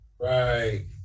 Right